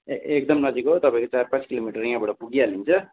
ए एकदम नजिक हो तपाईँको चार पाँच किलोमिटर यहाँबाट पुगिहालिन्छ